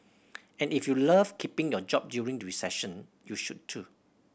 and if you love keeping your job during recession you should too